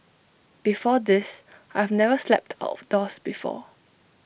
before this I've never slept outdoors before